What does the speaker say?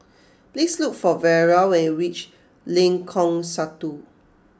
please look for Vera when you reach Lengkong Satu